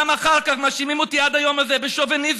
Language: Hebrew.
גם אחר כך מאשימים אותי, עד היום הזה, בשוביניזם.